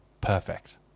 perfect